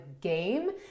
game